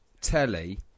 telly